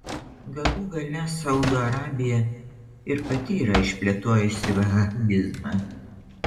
galų gale saudo arabija ir pati yra išplėtojusi vahabizmą